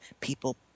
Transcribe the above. people